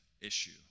issue